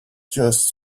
just